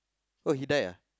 oh he died ah